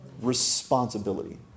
Responsibility